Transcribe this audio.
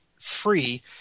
free